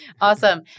Awesome